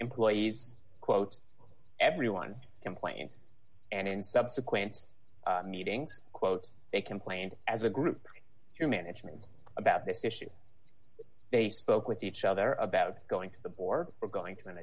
employees quote everyone complaining and in subsequent meetings quote they complained as a group to management about this issue they spoke with each other about going to the board or going to an